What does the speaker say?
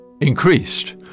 increased